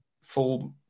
full